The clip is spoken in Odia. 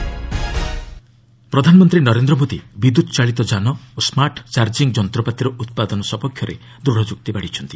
ପିଏମ୍ ମୋବିଲିଟି ପ୍ରଧାନମନ୍ତ୍ରୀ ନରେନ୍ଦ୍ର ମୋଦି ବିଦ୍ୟୁତ୍ ଚାଳିତ ଯାନ ଓ ସ୍କାର୍ଟ୍ ଚାର୍କିଂ ଯନ୍ତ୍ରପାତିର ଉତ୍ପାଦନ ସପକ୍ଷରେ ଦୃଢ଼ ଯୁକ୍ତି ବାଢ଼ିଛନ୍ତି